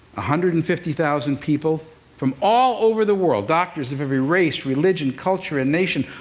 ah hundred and fifty thousand people from all over the world doctors of every race, religion, culture and nation,